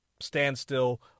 standstill